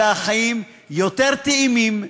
אלא החיים יותר טעימים,